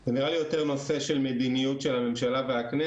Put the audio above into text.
זה נראה לי יותר נושא של מדיניות של הממשלה והכנסת,